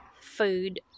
food